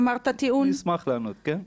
אמרת טיעון --- אני אשמח לענות, כן?